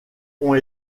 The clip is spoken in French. ont